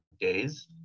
days